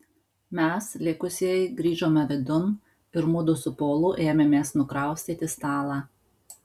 mes likusieji grįžome vidun ir mudu su polu ėmėmės nukraustyti stalą